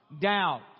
doubt